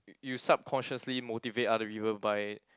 y~ you subconsciously motivate other people by